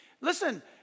Listen